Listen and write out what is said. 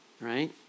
right